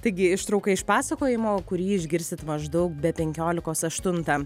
taigi ištrauka iš pasakojimo kurį išgirsit maždaug be penkiolikos aštuntą